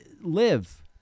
live